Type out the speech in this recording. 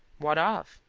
what of?